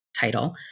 title